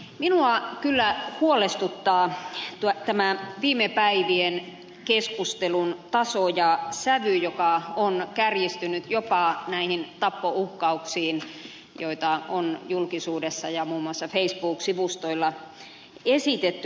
minua kyllä huolestuttaa tämä viime päivien keskustelun taso ja sävy joka on kärjistynyt jopa näihin tappouhkauksiin joita on julkisuudessa ja muun muassa facebook sivustoilla esitetty